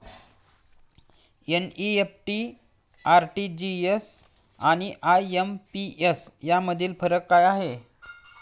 NEFT, RTGS आणि IMPS यामधील फरक काय आहे?